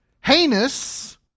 heinous